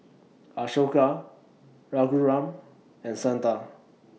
Ashoka Raghuram and Santha